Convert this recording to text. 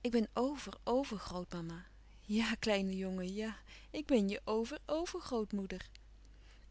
ik ben over overgrootmama ja kleine jongen ja ik ben je over overgrootmoeder